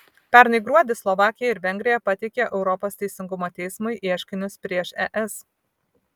pernai gruodį slovakija ir vengrija pateikė europos teisingumo teismui ieškinius prieš es